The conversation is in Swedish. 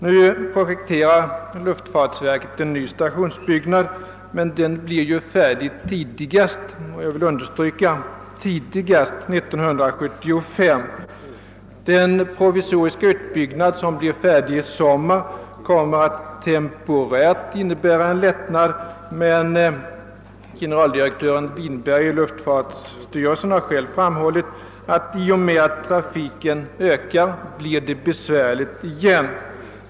Nu projekterar luftfartsverket en ny stationsbyggnad, men den blir färdig tidigast 1975. Den provisoriska utbyggnad som blir färdig i sommar kommer att innebära en temporär lättnad, men generaldirektör Winberg i luftfartsverket har framhållit att i och med att trafiken ökar blir det ånyo besvärligt.